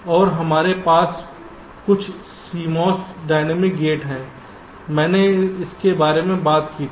और हमारे पास कुछ CMOS डायनेमिक गेट हैं मैंने इसके बारे में बात नहीं की है